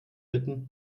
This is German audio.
bitten